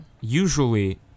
usually